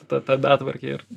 ta ta betvarkė ir